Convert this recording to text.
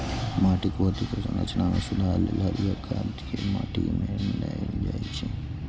माटिक भौतिक संरचना मे सुधार लेल हरियर खाद कें माटि मे मिलाएल जाइ छै